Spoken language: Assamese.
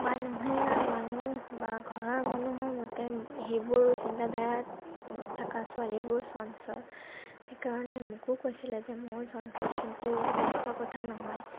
মানুহে মানুহ বা ঘৰৰ মানুহৰ মতে সেইবোৰ চিন্তা ধাৰা থকা ছোৱালীবোৰ চঞ্চল সেইকাৰণে মোকো কৈছিলে যে মইয়ো চঞ্চল কিন্তু তেনেকুৱা কথা নহয়